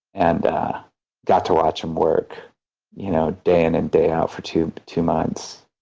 and got to watch him work you know day in and day out for two two months.